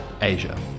Asia